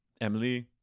Emily